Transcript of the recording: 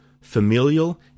familial